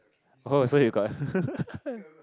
oh so you got